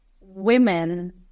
women